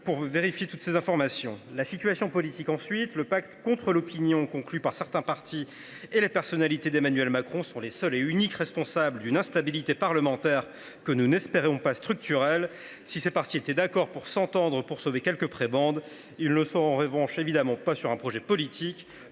pour vérifier toutes ces informations ? Politiquement, ensuite, le pacte contre l’opinion conclu par certains partis et la personnalité d’Emmanuel Macron sont les seuls et uniques responsables d’une instabilité parlementaire, que nous n’espérons pas structurelle. Si ces partis sont parvenus à s’entendre pour sauver quelques prébendes, ils n’ont pu s’accorder pour construire un projet politique,